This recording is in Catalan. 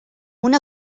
una